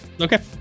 Okay